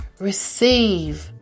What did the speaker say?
receive